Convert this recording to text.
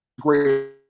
great –